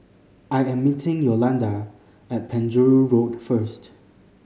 I am meeting Yolanda at Penjuru Road first